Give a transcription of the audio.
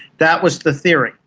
that was the theory.